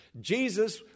Jesus